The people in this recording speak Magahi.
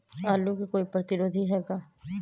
आलू के कोई प्रतिरोधी है का?